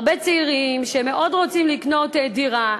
להרבה צעירים שמאוד רוצים לקנות דירה,